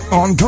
on